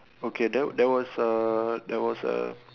okay there there was a there was a